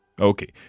Okay